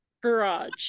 garage